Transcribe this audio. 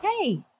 Hey